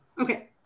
Okay